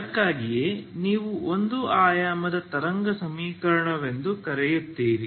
ಅದಕ್ಕಾಗಿಯೇ ನೀವು ಒಂದು ಆಯಾಮದ ತರಂಗ ಸಮೀಕರಣವೆಂದು ಕರೆಯುತ್ತೀರಿ